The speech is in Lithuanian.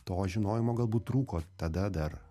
to žinojimo galbūt trūko tada dar